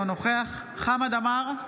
אינו נוכח חמד עמאר,